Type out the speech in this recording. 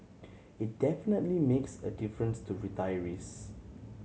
it definitely makes a difference to retirees